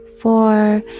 four